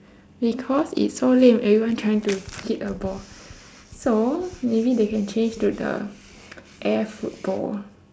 because it's so lame everyone trying to hit the ball so maybe they can change to the air football